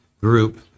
group